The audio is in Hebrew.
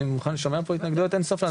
אני שומע פה התנגדויות אין סוף לנושא הזה.